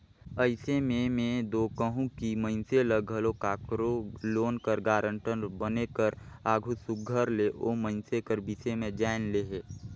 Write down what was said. अइसे में में दो कहूं कि मइनसे ल घलो काकरो लोन कर गारंटर बने कर आघु सुग्घर ले ओ मइनसे कर बिसे में जाएन लेहे